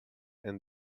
and